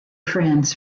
friends